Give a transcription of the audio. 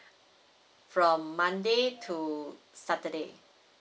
from monday to saturday